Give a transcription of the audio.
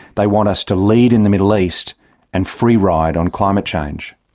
they want us to lead in the middle east and free-ride on climate change.